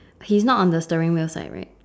he's not on the steering wheel side right